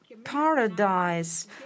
paradise